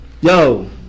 Yo